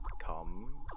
come